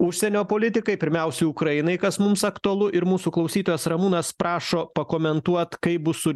užsienio politikai pirmiausiai ukrainai kas mums aktualu ir mūsų klausytojas ramūnas prašo pakomentuot kaip bus su